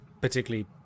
particularly